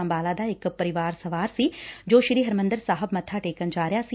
ਅੰਬਾਲਾ ਦਾ ਇਕ ਪਰਿਵਾਰ ਸਵਾਰ ਸੀ ਜੋ ਸ੍ਰੀ ਹਰਿਮੰਦਰ ਸਾਹਿਬ ਮੱਬਾ ਟੇਕਣ ਜਾ ਰਿਹਾ ਸੀ